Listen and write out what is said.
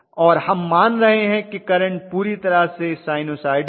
और हम मान रहे हैं कि करंट पूरी तरह से साइनसॉइडल हैं